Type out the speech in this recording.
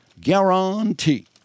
Guarantee